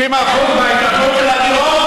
50% מההדירות,